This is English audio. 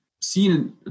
seen